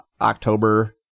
October